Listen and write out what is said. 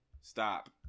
Stop